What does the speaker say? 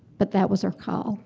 but that was her call